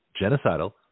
Genocidal